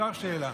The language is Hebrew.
אפשר שאלה?